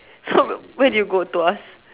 !huh! but where did you go Tuas